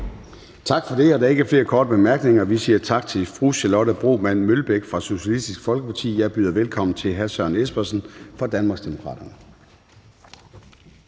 Tak for det. Der er ikke flere korte bemærkninger. Vi siger tak til fru Charlotte Broman Mølbæk fra Socialistisk Folkeparti. Jeg byder velkommen til hr. Søren Espersen fra Danmarksdemokraterne.